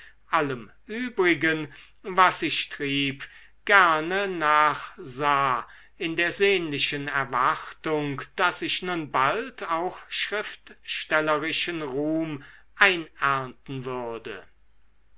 allem übrigen was ich trieb gerne nachsah in der sehnlichen erwartung daß ich nun bald auch schriftstellerischen ruhm einernten würde